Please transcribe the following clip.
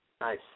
Nice